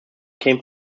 came